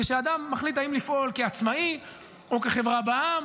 כשאדם מחליט אם לפעול כעצמאי או כחברה בע"מ